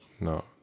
no